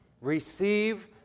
receive